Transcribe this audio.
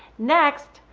next,